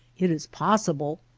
it is possible.